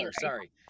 Sorry